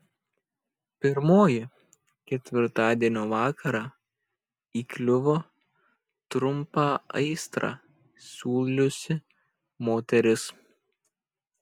pirmoji ketvirtadienio vakarą įkliuvo trumpą aistrą siūliusi moteris